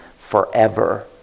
forever